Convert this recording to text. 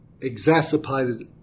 exacerbated